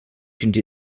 fins